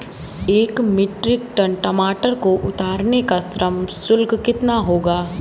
एक metric tonne टमाटर को उतारने का श्रम शुल्क कितना होगा?